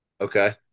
Okay